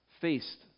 faced